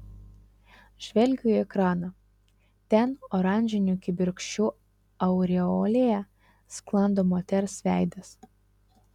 žvelgiu į ekraną ten oranžinių kibirkščių aureolėje sklando moters veidas